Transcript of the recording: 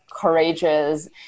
courageous